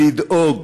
לדאוג